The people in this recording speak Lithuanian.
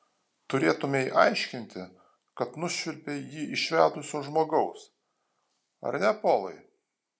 turėtumei aiškinti kad nušvilpei jį iš vedusio žmogaus ar ne polai